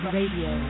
Radio